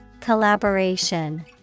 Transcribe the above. Collaboration